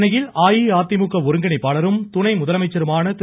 சென்னையில் அஇஅதிமுக ஒருங்கிணைப்பாளரும் துணை முதலமைச்சருமான திரு